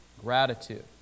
gratitude